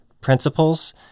principles